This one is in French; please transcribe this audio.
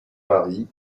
marie